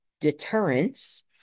deterrence